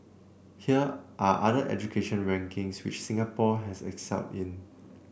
here are other education rankings which Singapore has excelled in